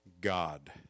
God